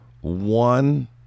one